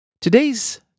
Today's